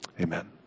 Amen